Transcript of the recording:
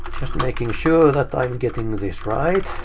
just making sure that i am getting this right.